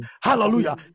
hallelujah